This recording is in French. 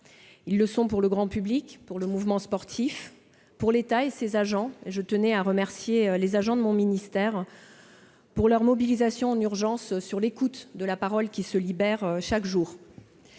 Ils le sont pour le grand public, pour le mouvement sportif, ainsi que pour l'État et ses agents. À ce titre, je tenais à remercier les agents de mon ministère de leur mobilisation en urgence pour écouter la parole qui se libère chaque jour.